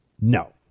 No